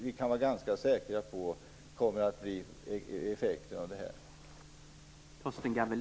Vi kan vara ganska säkra på att det kommer att bli effekten av omställningen.